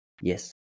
Yes